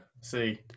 See